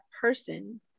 person